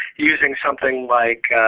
using something like